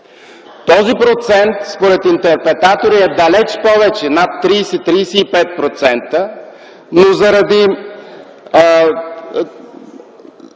Този процент според интерпретатори е далеч повече – над 30-35%, но заради